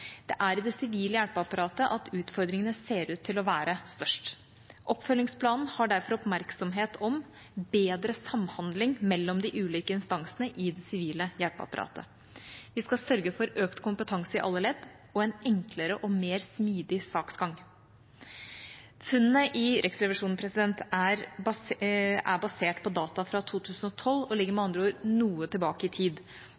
Det er i det sivile hjelpeapparatet at utfordringene ser ut til å være størst. Oppfølgingsplanen har derfor oppmerksomhet om bedre samhandling mellom de ulike instansene i det sivile hjelpeapparatet. Vi skal sørge for økt kompetanse i alle ledd og en enklere og mer smidig saksgang. Funnene til Riksrevisjonen er basert på data fra 2012 og ligger